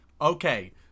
Okay